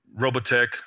Robotech